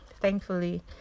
thankfully